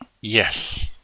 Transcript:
Yes